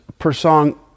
Persong